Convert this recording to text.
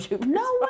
No